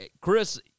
Chris